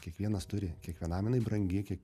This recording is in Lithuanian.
kiekvienas turi kiekvienam jinai brangi kiek